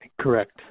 Correct